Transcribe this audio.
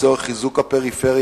לצורך חיזוק הפריפריה,